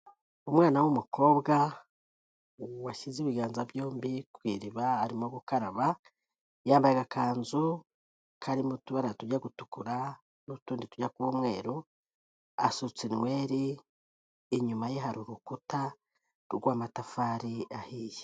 Umwana w'umukobwa washyize ibiganza byombi ku iriba arimo gukaraba, yambaye agakanzu karimo utubara tujya gutukura n'utundi tujya kuba umweru, asutse inweri, inyuma ye hari urukuta rw'amatafari ahiye.